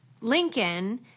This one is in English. Lincoln